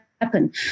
Happen